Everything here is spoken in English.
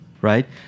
right